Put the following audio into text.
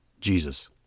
Jesus